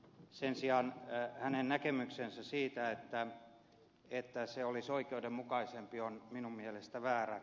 sen sijaan hänen näkemyksensä siitä että se olisi oikeudenmukaisempi on minun mielestäni väärä